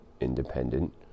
independent